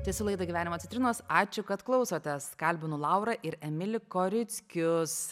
tęsiu laidą gyvenimo citrinos ačiū kad klausotės kalbinu laurą ir emilį korickius